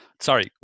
sorry